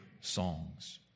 songs